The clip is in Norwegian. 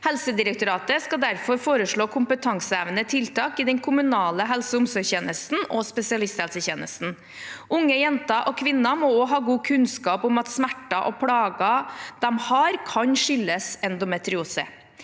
Helsedirektoratet skal derfor foreslå kompetansehevende tiltak i den kommunale helse- og omsorgstjenesten og spesialisthelsetjenesten. Unge jenter og kvinner må også ha god kunnskap om at smerter og plager de har, kan skyldes endometriose.